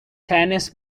tennis